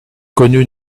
connu